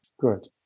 good